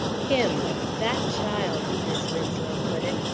him that child, mis' winslow put it,